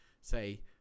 say